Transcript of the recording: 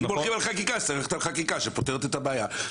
אם הולכים על חקיקה אז צריך כאן חקיקה שפותרת את הבעיה.